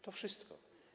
To wszystko.